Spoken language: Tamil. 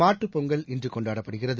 மாட்டுப் பொங்கல் இன்றகொண்டாடப்படுகிறது